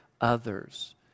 others